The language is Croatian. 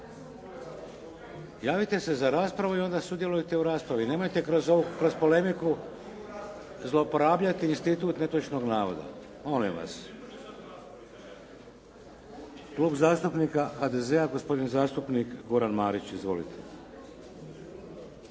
Javite se za raspravu i onda sudjelujte u raspravi. Nemojte kroz ovu, kroz polemiku zlouporabljati institut netočnog navoda. Molim vas. Klub zastupnika HDZ-a gospodin zastupnik Goran Marić. Izvolite.